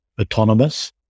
autonomous